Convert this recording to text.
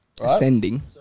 Ascending